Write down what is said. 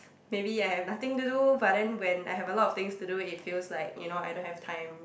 maybe I have nothing to do but then when I have a lot of things to do it feels like you know I don't have time